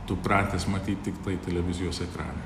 tu pratęs matyt tiktai televizijos ekrane